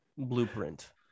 Blueprint